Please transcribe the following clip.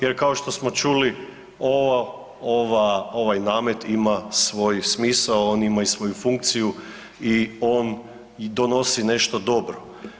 Jer kao što smo čuli ovaj namet ima svoj smisao, on ima i svoju funkciju i on donosi nešto dobro.